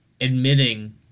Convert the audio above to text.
admitting